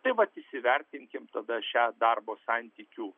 tai vat įsivertinkim tada šią darbo santykių